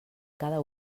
cada